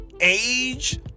age